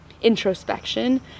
introspection